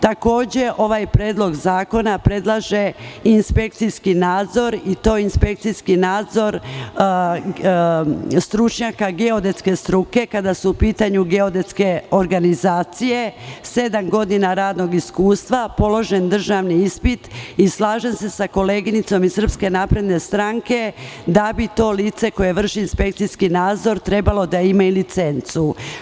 Takođe, ovaj predlog zakona predlaže inspekcijski nadzor, i to inspekcijski nadzor stručnjaka geodetske struke, kada su u pitanju geodetske organizacije, sedam godina radnog iskustva, položen državni ispit i slažem se sa koleginicom iz SNS, da bi to lice koje vrši inspekcijski nadzor trebalo da ima i licencu.